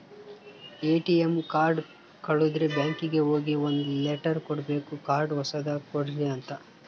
ATM card ಕಳುದ್ರೆ ಬ್ಯಾಂಕಿಗೆ ಹೋಗಿ ಒಂದ್ ಲೆಟರ್ ಕೊಡ್ಬೇಕು ಕಾರ್ಡ್ ಹೊಸದ ಕೊಡ್ರಿ ಅಂತ